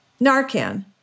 Narcan